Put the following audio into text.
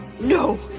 No